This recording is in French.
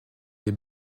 des